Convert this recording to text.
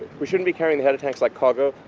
we shouldn't be carrying the header tanks like cargo,